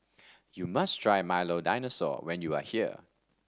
you must try Milo Dinosaur when you are here